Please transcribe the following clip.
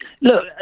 Look